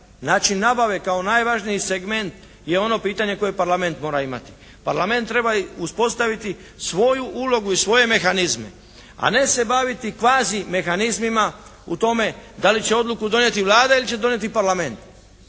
način nabave kao najvažniji segment je ono pitanje koje Parlament mora imati. Parlament treba uspostaviti svoju ulogu i svoje mehanizme, a ne se baviti kvazimehanizmima u tome da li će odluku donijeti Vlada ili će donijeti Parlament.